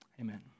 Amen